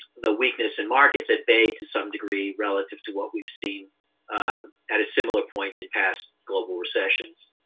the weakness in markets at bay to some degree, relative to what we've seen at a similar point in past global recessions.